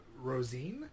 Rosine